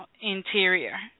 interior